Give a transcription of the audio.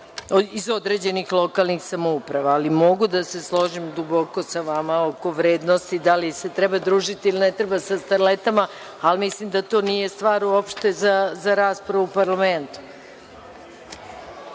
iz određenih lokalnih samouprava, ali mogu da se složim duboko sa vama oko vrednosti da li se treba družiti ili ne sa starletama. Mislim da to nije stvar za raspravu u parlamentu.